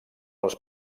els